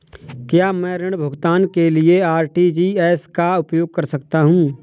क्या मैं ऋण भुगतान के लिए आर.टी.जी.एस का उपयोग कर सकता हूँ?